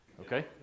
Okay